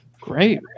Great